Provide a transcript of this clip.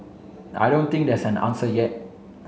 I don't think there's an answer yet